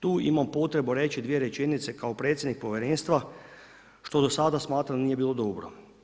Tu imam potrebu reći dvije rečenice kao predsjednik povjerenstva što do sada smatram da nije bilo dobro.